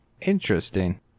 Interesting